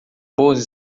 boas